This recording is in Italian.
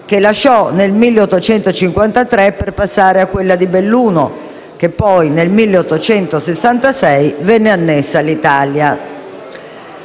che lasciò nel 1853, per passare a quella di Belluno che poi, nel 1866, venne annessa all'Italia.